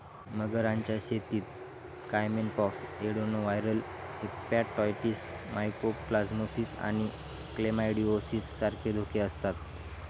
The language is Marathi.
मगरांच्या शेतीत caiman pox, adenoviral hepatitis, mycoplasmosis आणि क्लेमायडिओसिस सारखे धोके आसतत